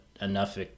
enough